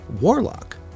Warlock